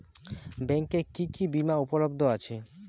ব্যাংকে কি কি বিমা উপলব্ধ আছে?